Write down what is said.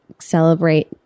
celebrate